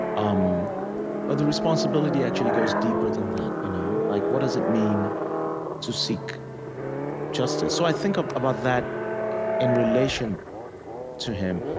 um the responsibility actually goes deeper than that you know like, what does it mean to seek justice? so i think about that in relation to him,